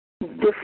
different